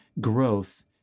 growth